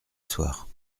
soir